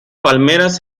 palmeras